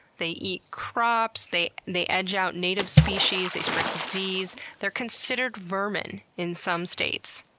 they eat crops, they they edge out native species, they spread disease. they're considered vermin in some states.